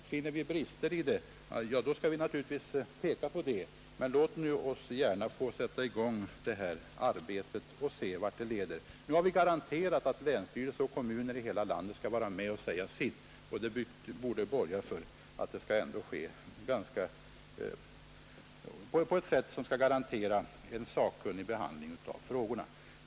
Finner vi brister i det, skall vi naturligtvis påpeka dem. Men låt oss nu få sätta i gång detta arbete och se vart det leder. Vi har garanterat att länsstyrelser och kommuner i hela landet får vara med och säga sin mening. Det borde borga för att arbetet skall ske på ett sätt som kan garantera sakkunnig behandling av frågorna.